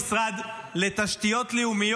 אין בעיה, אבל מה תקציב המשרד.